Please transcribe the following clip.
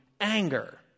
anger